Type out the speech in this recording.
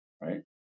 Right